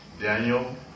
Daniel